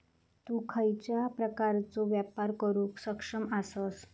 तु खयच्या प्रकारचो व्यापार करुक सक्षम आसस?